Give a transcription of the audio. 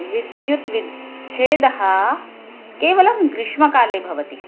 विद्युद्विच्छेदः केवलं ग्रिष्मकाले भवति